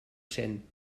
cent